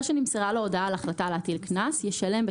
שנמסרה לו הודעה על החלטה להטיל קנס ישלם,